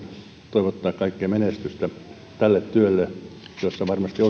toivottaa kaikkea menestystä tälle työlle jossa varmasti